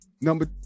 number